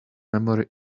memory